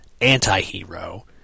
anti-hero